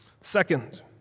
Second